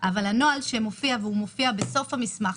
אבל הנוהל שמופיע בסוף המסמך,